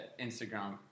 Instagram